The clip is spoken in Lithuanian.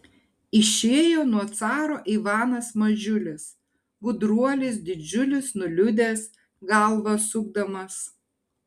išėjo nuo caro ivanas mažiulis gudruolis didžiulis nuliūdęs galvą sukdamas